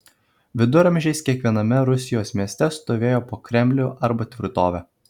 viduramžiais kiekviename rusijos mieste stovėjo po kremlių arba tvirtovę